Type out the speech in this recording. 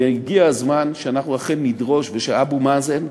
והגיע הזמן שאנחנו אכן נדרוש, ושאבו מאזן,